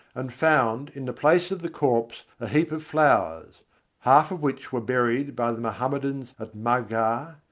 and found in the place of the corpse a heap of flowers half of which were buried by the mohammedans at maghar,